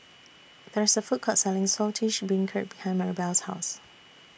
There IS A Food Court Selling Saltish Beancurd behind Marybelle's House